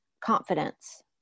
confidence